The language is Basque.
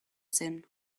zen